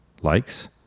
likes